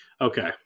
okay